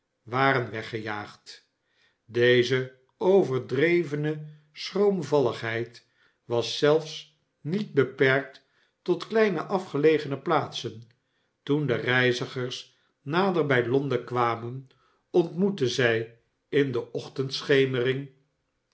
waren weggejaagd deze overdrevene schroomvalligheid was zelfs niet beperkt tot kleine afgelegene plaatsen toen de reizigers nader bij londen kwamen ontmoetten zij in de